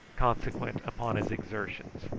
consequent upon his exertions.